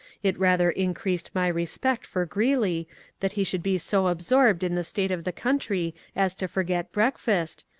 it rather increased my respect for greeley that he should be so absorbed in the state of the country as to forget breakfast,